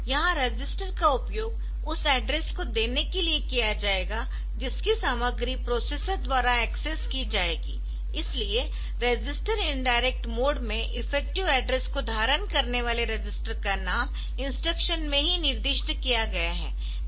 यहां रजिस्टर का उपयोग उस एड्रेस को देने के लिए किया जाएगा जिसकी सामग्री प्रोसेसर द्वारा एक्सेस की जाएगी इसलिए रजिस्टर इनडायरेक्ट मोड में इफेक्टिव एड्रेस को धारण करने वाले रजिस्टर का नाम इंस्ट्रक्शन में ही निर्दिष्ट किया गया है